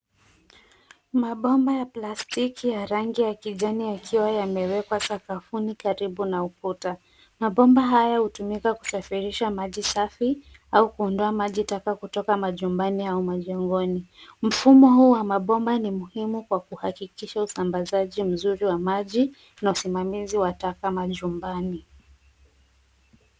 Mabomba ya plastiki ya rangi ya kijani yakiwa yamewekwa sakafuni karibu na ukuta. Mabomba haya hutumika kusafirisha maji safi au kuondoa maji taka kutoka majumbani au majengoni. Mfumo huu wa mabomba ni muhimu kwa kuhakikisha usambazaji mzuri wa maji na usimamizi wa taka majumbani.